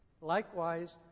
Likewise